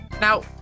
Now